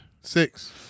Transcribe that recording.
Six